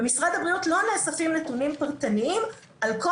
במשרד הבריאות לא נאספים נתונים פרטניים על כל